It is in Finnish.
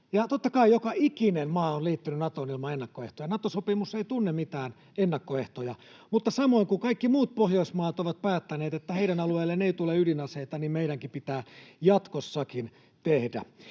Totta kai joka ikinen maa on liittynyt Natoon ilman ennakkoehtoja — Nato-sopimus ei tunne mitään ennakkoehtoja — mutta samoin kuin kaikki muut Pohjoismaat ovat päättäneet, että heidän alueelleen ei tule ydinaseita, niin meidänkin pitää jatkossakin tehdä.